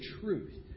truth